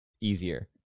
easier